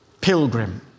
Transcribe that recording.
pilgrim